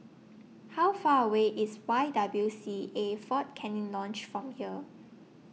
How Far away IS Y W C A Fort Canning Lodge from here